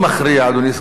אדוני סגן השר,